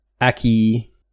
Aki